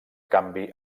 canvi